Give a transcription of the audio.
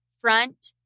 front